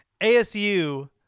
asu